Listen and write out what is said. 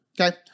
Okay